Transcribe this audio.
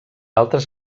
altres